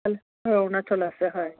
অৰুণাচল আছে হয়